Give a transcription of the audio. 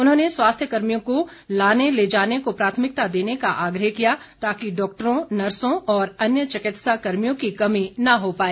उन्होंने स्वास्थ्य कर्मियों को लाने ले जाने को प्राथमिकता देने का आग्रह किया ताकि डॉक्टरों नर्सों और अन्य चिकित्सा कर्मियों की कमी न होने पाए